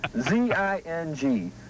Z-I-N-G